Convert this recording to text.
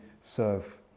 serve